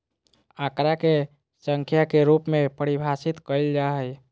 आंकड़ा के संख्या के रूप में परिभाषित कइल जा हइ